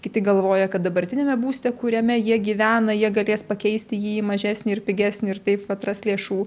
kiti galvoja kad dabartiniame būste kuriame jie gyvena jie galės pakeisti jį į mažesnį ir pigesnį ir taip atras lėšų